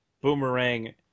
Boomerang